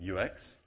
UX